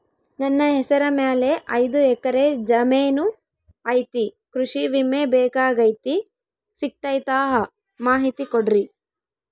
ನನ್ನ ಹೆಸರ ಮ್ಯಾಲೆ ಐದು ಎಕರೆ ಜಮೇನು ಐತಿ ಕೃಷಿ ವಿಮೆ ಬೇಕಾಗೈತಿ ಸಿಗ್ತೈತಾ ಮಾಹಿತಿ ಕೊಡ್ರಿ?